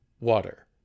water